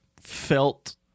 felt